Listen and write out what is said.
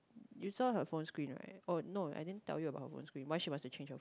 you saw her phone screen right oh no I didn't tell you about her phone screen why she wants to change her phone